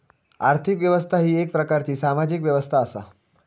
आर्थिक व्यवस्था ही येक प्रकारची सामाजिक व्यवस्था असा